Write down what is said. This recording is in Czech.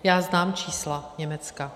Já znám čísla Německa.